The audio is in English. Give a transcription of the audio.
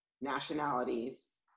nationalities